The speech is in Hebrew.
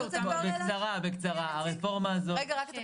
וכרגע אנחנו בהסכמות סגורות עם האוצר